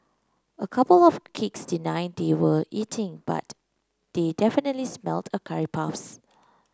a couple of kids denied they were eating but they definitely smelled a curry puffs